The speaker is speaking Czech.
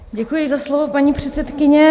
Děkuji za slovo, paní předsedkyně.